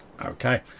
okay